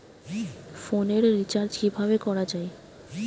ফোনের রিচার্জ কিভাবে করা যায়?